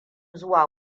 zuwa